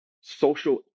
social